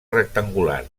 rectangular